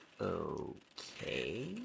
Okay